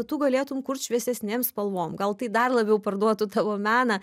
tu galėtum kurt šviesesnėm spalvom gal tai dar labiau parduotų tavo meną